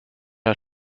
are